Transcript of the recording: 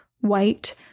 white